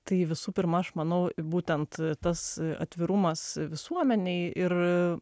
tai visų pirma aš manau būtent tas atvirumas visuomenei ir